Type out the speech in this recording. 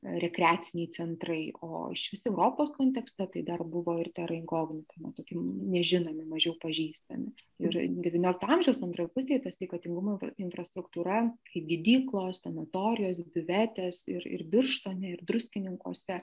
rekreaciniai centrai o išvis europos kontekste tai dar buvo ir tera inkognita na tokie nežinomi mažiau pažįstami ir devyniolikto amžiaus antroj pusėj ta sveikatingumo infrastruktūra kaip gydyklos sanatorijos biuvetės ir birštone ir druskininkuose